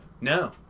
No